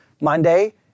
Monday